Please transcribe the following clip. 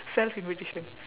self invitation